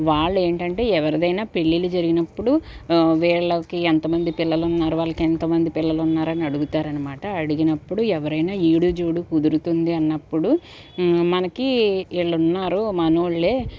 వాళ్ళేంటంటే ఎవరిదైనా పెళ్లిళ్లు జరిగినప్పుడు వీళ్ళకి ఎంతమంది పిల్లలున్నారు వాళ్ళకి ఎంతమంది పిల్లలున్నారని అడుగుతారనమాట అడిగినప్పుడు ఎవరైనా ఈడు జోడు కుదురుతుంది అన్నప్పుడు మనకి వీళ్లున్నారు మన వాళ్ళే